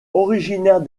originaire